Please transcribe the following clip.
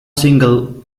single